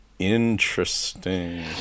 interesting